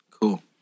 Cool